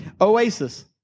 Oasis